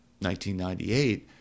1998